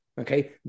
Okay